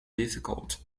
difficult